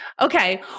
okay